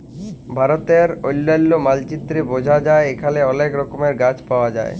ভারতের অলন্য মালচিত্রে বঝা যায় এখালে অলেক রকমের গাছ পায়া যায়